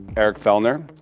eric fellner,